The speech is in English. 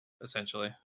essentially